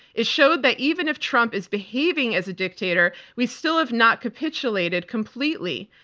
it showed that even if trump is behaving as a dictator, we still have not capitulated completely.